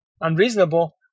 unreasonable